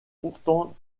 pourtant